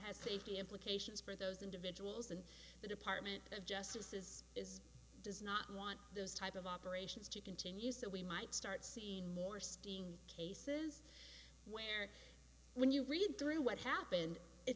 s safety implications for those individuals and the department of justice as does not want those type of operations to continue so we might start seeing more stealing cases where when you read through what happened it